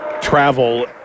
travel